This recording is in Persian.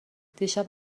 دیشب